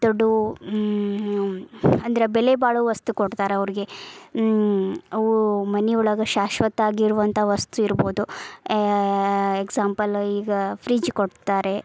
ದೊಡ್ಡ ಅಂದರೆ ಬೆಲೆ ಬಾಳುವ ವಸ್ತು ಕೊಡ್ತಾರೆ ಅವ್ರಿಗೆ ಅವು ಮನೆ ಒಳಗೆ ಶಾಶ್ವತ ಆಗಿರುವಂಥ ವಸ್ತು ಇರ್ಬೋದು ಎಕ್ಸಾಂಪಲ್ಲು ಈಗ ಫ್ರಿಜ್ಜ್ ಕೊಡ್ತಾರೆ